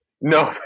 No